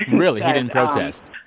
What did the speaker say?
really? he didn't protest?